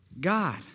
God